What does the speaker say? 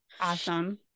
Awesome